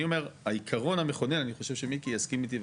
אני אומר העיקרון המכונן אני חושב שמיקי יסכים איתי.